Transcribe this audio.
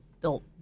built